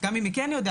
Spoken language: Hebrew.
גם אם היא כן יודעת.